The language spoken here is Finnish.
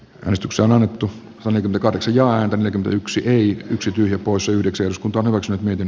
kristukseen annettu toinen karsijaan ja kömpelyyksiä ei yksityisiä posyydeksi uskonto on se miten